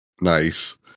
nice